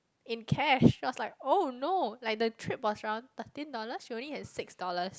in cash then I was like oh no like the trip was around thirteen dollars she only had six dollars